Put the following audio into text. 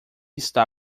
está